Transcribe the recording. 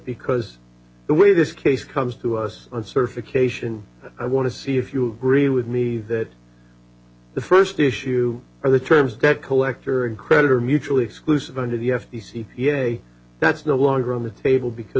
because the way this case comes to us on surf occasion i want to see if you agree with me that the first issue are the terms debt collector and creditor mutually exclusive under the f t c yea that's no longer on the table because